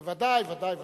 ודאי, ודאי.